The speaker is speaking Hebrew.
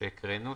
שהקראנו,